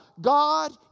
God